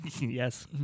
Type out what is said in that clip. yes